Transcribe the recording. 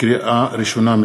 לקריאה ראשונה,